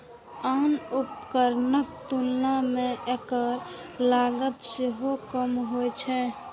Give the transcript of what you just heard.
आन उपकरणक तुलना मे एकर लागत सेहो कम होइ छै